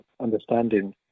understanding